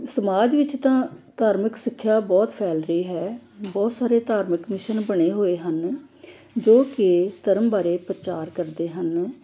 ਸਮਾਜ ਵਿੱਚ ਤਾਂ ਧਾਰਮਿਕ ਸਿੱਖਿਆ ਬਹੁਤ ਫੈਲ ਰਹੀ ਹੈ ਬਹੁਤ ਸਾਰੇ ਧਾਰਮਿਕ ਕਮਿਸ਼ਨ ਬਣੇ ਹੋਏ ਹਨ ਜੋ ਕਿ ਧਰਮ ਬਾਰੇ ਪ੍ਰਚਾਰ ਕਰਦੇ ਹਨ